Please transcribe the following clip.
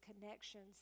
connections